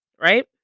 right